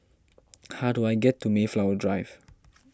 how do I get to Mayflower Drive